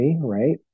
right